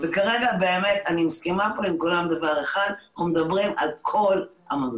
אני מסכימה עם כולם על דבר אחד והוא שאנחנו מדברים על כל המפגינים,